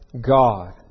God